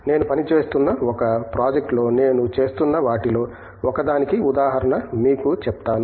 నేను పనిచేస్తున్న ఒక ప్రాజెక్ట్లో నేను చేస్తున్న వాటిలో ఒకదానికి ఉదాహరణ మీకు చెప్తాను